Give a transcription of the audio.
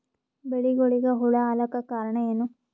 ಬೆಳಿಗೊಳಿಗ ಹುಳ ಆಲಕ್ಕ ಕಾರಣಯೇನು?